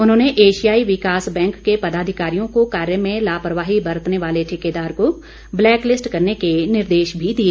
उन्होंने एशियाई विकास बैंक के पदाधिकारियों को कार्य में लापरवाही बरतने वाले ठेकेदार को ब्लैकलिस्ट करने के निर्देश भी दिए